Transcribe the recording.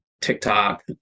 TikTok